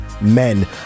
men